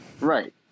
right